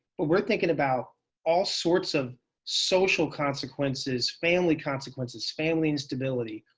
but we're thinking about all sorts of social consequences. family consequences. family instability.